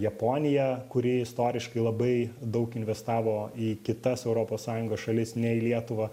japonija kuri istoriškai labai daug investavo į kitas europos sąjungos šalis ne į lietuvą